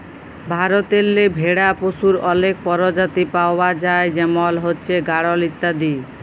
ভারতেল্লে ভেড়া পশুর অলেক পরজাতি পাউয়া যায় যেমল হছে গাঢ়ল ইত্যাদি